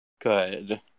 good